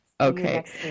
Okay